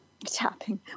Tapping